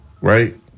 Right